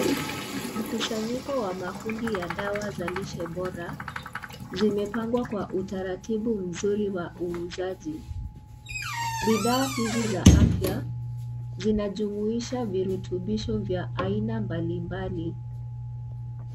Mkusanyiko wa kundi ya dawa ya lishe bora zimepangwa kwa utaratibu nzuri wa uuzaji. Bidhaa hizi za afya Inajumulisha virutubish ya aina mbali mbali.